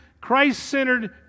Christ-centered